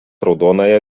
raudonąją